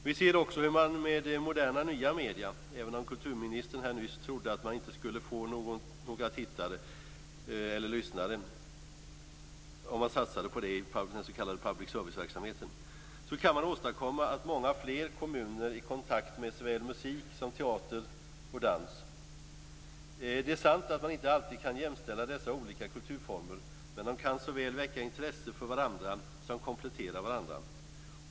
Vi ser också hur man med moderna nya medier - även om kulturministern nyss inte trodde att det skulle bli några tittare eller lyssnare vid en satsning inom den s.k. public service-verksamheten - kan åstadkomma att många fler kommer i kontakt med såväl musik som teater och dans. Det är sant att man inte alltid kan jämställa dessa olika kulturformer, men de kan såväl väcka intresse för varandra som komplettera varandra.